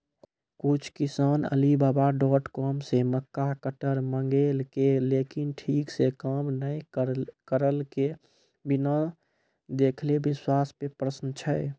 कुछ किसान Alibaba dot com से मक्का कटर मंगेलके लेकिन ठीक से काम नेय करलके, बिना देखले विश्वास पे प्रश्न छै?